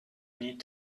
need